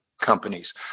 companies